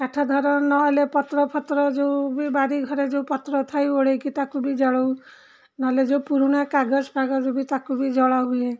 କାଠ ଧର ନହେଲେ ପତ୍ର ଫତ୍ର ଯେଉଁ ବି ବାରି ଘରେ ଯେଉଁ ପତ୍ର ଥାଏ ଓଳାଇକି ତାକୁ ବି ଜାଳଉ ନହେଲେ ଯେଉଁ ପୁରୁଣା କାଗଜ ଫାଗଜ ବି ତାକୁ ବି ଜଳା ହୁଏ